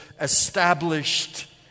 established